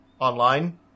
online